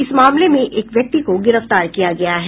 इस मामले में एक व्यक्ति को गिरफ्तार किया गया है